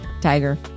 Tiger